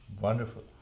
Wonderful